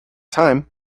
time